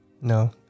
No